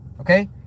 Okay